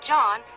John